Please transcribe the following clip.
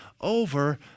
over